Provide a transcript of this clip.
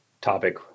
topic